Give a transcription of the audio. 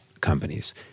companies